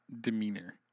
demeanor